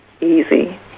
easy